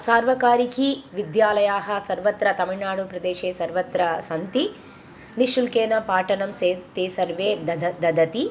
सार्वकारिकाः विद्यालयाः सर्वत्र तमिळ्नाडुप्रदेशे सर्वत्र सन्ति निःशुल्कं पाठनं से ते सर्वे दध ददति